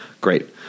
Great